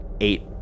eight